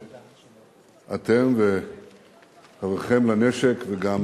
אתם, וחבריכם לנשק, וגם